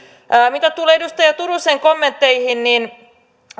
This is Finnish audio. mitä tulee edustaja turusen kommentteihin niin